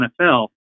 NFL